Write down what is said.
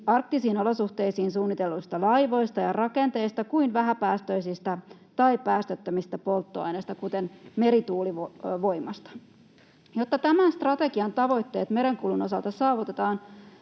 arktisiin olosuhteisiin suunnitelluista laivoista ja rakenteista kuin vähäpäästöisistä tai päästöttömistä polttoaineista, kuten merituulivoimasta. Jotta tämän strategian tavoitteet merenkulun osalta saavutetaan,